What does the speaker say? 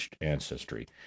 ancestry